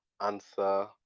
answer